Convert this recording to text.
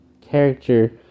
character